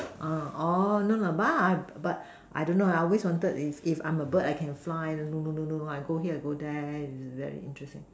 uh orh no no but but I don't know ah I always wanted if if I'm a bird I can fly no no no no I go here and go there is very interesting